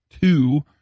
two